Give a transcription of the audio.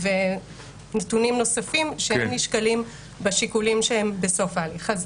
ונתונים נוספים שהיו נשקלים בשיקולים שהם בסוף ההליך.